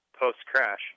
Post-crash